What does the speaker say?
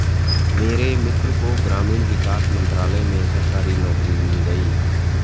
मेरे मित्र को ग्रामीण विकास मंत्रालय में सरकारी नौकरी मिल गई